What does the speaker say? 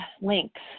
links